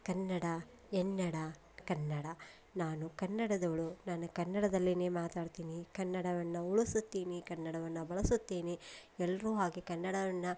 ಕನ್ನಡ ಎನ್ನಡ ಕನ್ನಡ ನಾನು ಕನ್ನಡದವಳು ನಾನು ಕನ್ನಡದಲ್ಲೇ ಮಾತಾಡ್ತೀನಿ ಕನ್ನಡವನ್ನು ಉಳಿಸುತ್ತೀನಿ ಕನ್ನಡವನ್ನು ಬಳಸುತ್ತೀನಿ ಎಲ್ಲರೂ ಹಾಗೆ ಕನ್ನಡವನ್ನ